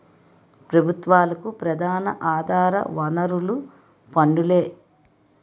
ప్రభుత్వాలకు ప్రధాన ఆధార వనరులు పన్నులే